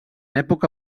època